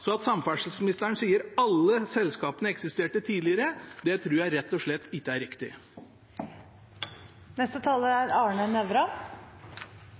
Samferdselsministeren sier alle selskapene eksisterte tidligere – det tror jeg rett og slett ikke er riktig. Til representanten Jegstad: SV og jeg synes Entur ikke er